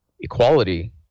equality